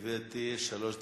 גברתי, שלוש דקות.